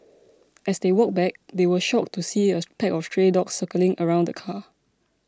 as they walked back they were shocked to see a pack of stray dogs circling around the car